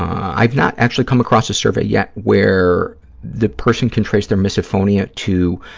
i've not actually come across a survey yet where the person can trace their misophonia to